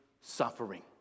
suffering